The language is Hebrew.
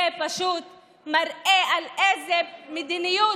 זה פשוט מראה על מדיניות